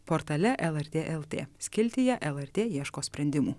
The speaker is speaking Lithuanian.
portale lrt lt skiltyje lrt ieško sprendimų